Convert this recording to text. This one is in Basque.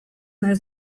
naiz